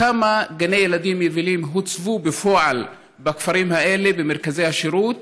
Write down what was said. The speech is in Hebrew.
כמה גני ילדים יבילים הוצבו בפועל בכפרים האלה במרכזי השירות